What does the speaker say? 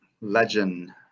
Legend